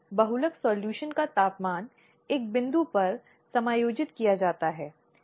वह अनुरोध जो एक पत्र हो सकता है जो 3 महीने की अवधि तक का स्थानांतरण या प्रतिवादी का स्थानांतरण तक हो सकता है